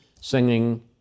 singing